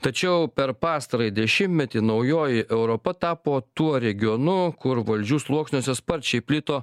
tačiau per pastarąjį dešimtmetį naujoji europa tapo tuo regionu kur valdžių sluoksniuose sparčiai plito